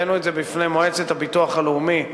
הבאנו את זה בפני מועצת הביטוח הלאומי,